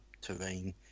terrain